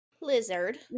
Lizard